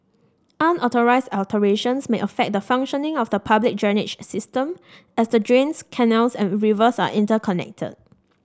unauthorised alterations may affect the functioning of the public drainage system as the drains canals and rivers are interconnected